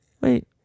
Wait